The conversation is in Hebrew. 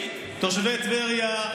תושבי טבריה,